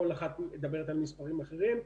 כל אחת מדברת על מספרים אחרים,